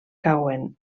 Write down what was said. cauen